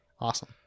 Awesome